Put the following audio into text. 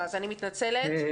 לא שומעים, מתנצלת.